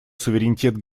суверенитет